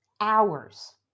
hours